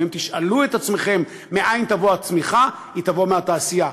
ואם תשאלו את עצמכם מאין תבוא הצמיחה, היא תבוא מהתעשייה.